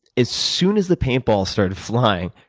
as soon as the paintballs started flying,